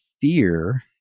fear